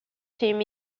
team